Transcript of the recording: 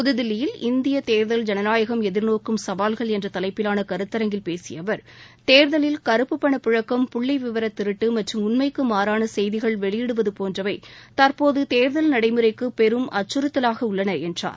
புதுதில்லியில் இந்திய தேர்தல் ஜனநாயகம் எதிர்நோக்கும் சவால்கள் என்ற தலைப்பிலான கருத்தரங்கில் பேசிய அவர் தேர்தலில் கருப்புப்பண புழக்கம் புள்ளி விவர திருட்டு மற்றும் உண்மைக்கு மாறான செய்திகள் வெளியிடுவது போன்றவை தற்போது தேர்தல் நடைமுறைக்கு பெரும் அச்சுறுத்தலாக உள்ளன என்றார்